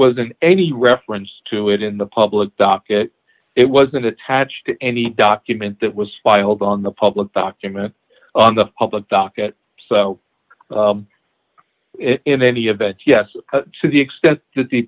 wasn't any reference to it in the public docket it wasn't attached to any document that was filed on the public document on the public docket in any event yes to the extent that the